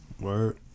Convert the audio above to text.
Word